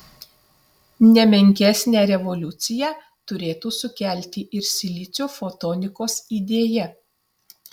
ne menkesnę revoliuciją turėtų sukelti ir silicio fotonikos idėja